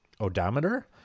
odometer